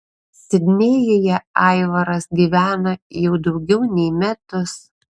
sidnėjuje aivaras gyvena jau daugiau nei metus